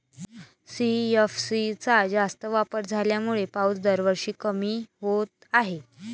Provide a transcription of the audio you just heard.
CFC चा जास्त वापर झाल्यामुळे पाऊस दरवर्षी कमी होत आहे